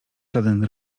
żaden